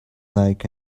like